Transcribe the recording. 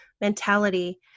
mentality